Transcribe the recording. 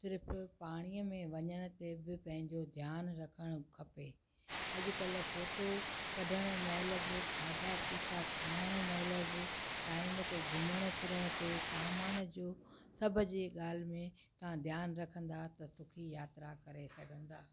सिर्फ़ु पाणीअ में वञण ते बि पंहिंजो ध्यानु रखणु खपे अॼु कल्ह फ़ोटो कढणु महिल बि खाधा पीता खाइणु महिल बि टाएम ते घुमणु फिरण ते सामान जो सभजी ॻाल्हि में तव्हां ध्यानु रखंदा त सुठी यात्रा करे सघंदा